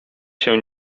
się